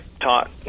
taught